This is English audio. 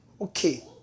Okay